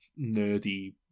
nerdy